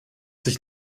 sich